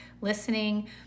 listening